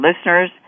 listeners